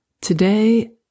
Today